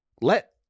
let